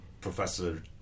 professor